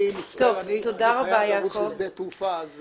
אני חייב לרוץ לשדה תעופה.